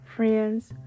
Friends